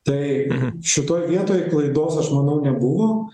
tai šitoj vietoj klaidos aš manau nebuvo